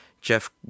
Jeff